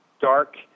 dark